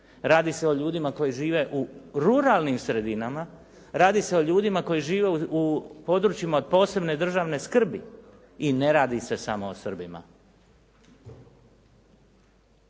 Radi se o ljudima koji žive u ruralnim sredinama. Radi se o ljudima koji žive u područjima od posebne državne skrbi i ne radi se samo o Srbima.